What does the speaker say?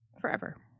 forever